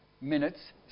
minutes